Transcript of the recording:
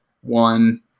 one